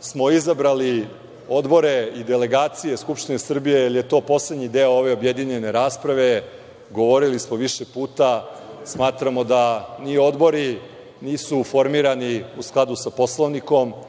smo izabrali odbore i delegacije Skupštine Srbije, jer je to poslednji deo ove objedinjene rasprave, govorili smo više puta. Smatramo da ni odbori nisu formirani u skladu sa Poslovnikom